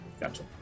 Gotcha